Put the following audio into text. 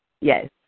Yes